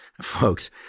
folks